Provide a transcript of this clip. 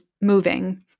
moving